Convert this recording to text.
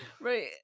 Right